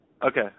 okay